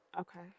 Okay